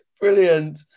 Brilliant